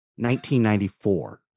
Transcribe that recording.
1994